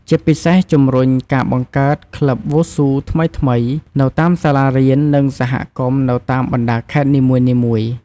ជាពិសេសជំរុញការបង្កើតក្លឹបវ៉ូស៊ូថ្មីៗនៅតាមសាលារៀន និងសហគមន៍នៅតាមបណ្តាខេត្តនីមួយៗ។